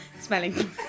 smelling